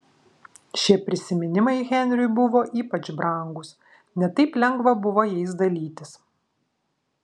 šie prisiminimai henriui buvo ypač brangūs ne taip lengva buvo jais dalytis